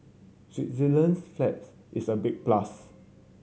Switzerland's flag is a big plus